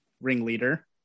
ringleader